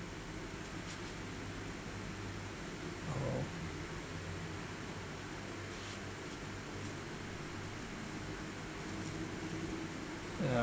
oh